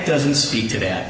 doesn't speak to that